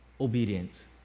obedience